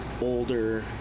older